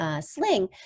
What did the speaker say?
sling